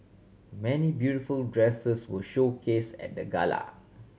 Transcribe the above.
many beautiful dresses were showcase at the gala